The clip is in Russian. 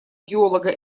геолога